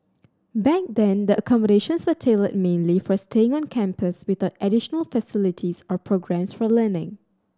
back then the accommodations were tailored mainly for staying on campus without additional facilities or programmes for learning